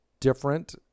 different